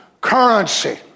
currency